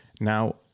Now